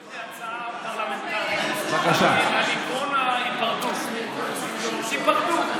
יש לי הצעה פרלמנטרית לגבי עקרון ההיפרדות: תיפרדו.